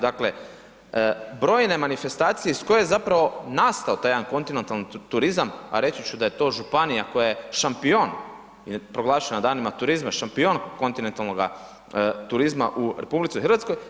Dakle, brojne manifestacije iz koje je zapravo nastao taj jedan kontinentalni turizam, a reći ću da je to županija koja je šampion jer je proglašena danima turizma, šampion kontinentalnoga turizma u RH.